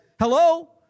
Hello